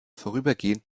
vorübergehend